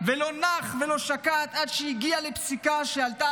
ולא נח ולא שקט עד שהגיע לפסיקה שעלתה